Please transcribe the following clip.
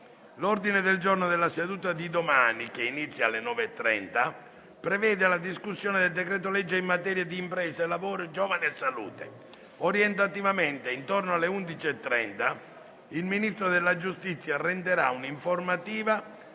L'ordine del giorno della seduta di domani, con inizio alle ore 9,30, prevede la discussione del decreto-legge in materia di imprese, lavoro, giovani e salute. Orientativamente intorno alle ore 11,30 il Ministro della giustizia renderà un'informativa